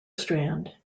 strand